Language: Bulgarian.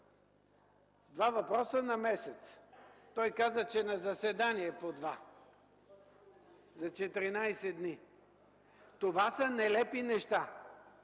Два въпроса на месец. Той каза, че на заседание по два, за 14 дни. Това са нелепи неща.